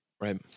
Right